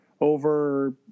over